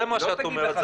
זה מה שאת אומרת.